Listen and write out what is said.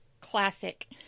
classic